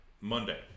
Monday